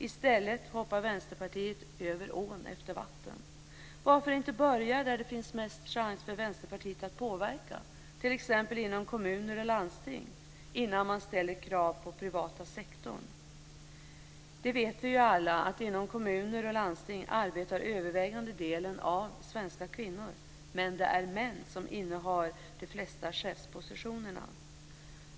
I stället hoppar Vänsterpartiet över ån efter vatten. Varför inte börja där det finns mest chans för Vänsterpartiet att påverka, t.ex. inom kommuner och landsting, innan man ställer krav på privata sektorn? Vi vet ju alla att inom kommuner och landsting arbetar övervägande delen av svenska kvinnor, men det är män som innehar de flesta chefspositionerna.